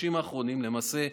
בחודשים האחרונים, ולמעשה,